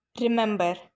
remember